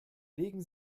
legen